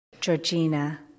Georgina